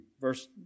Verse